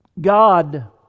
God